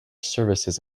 services